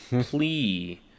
plea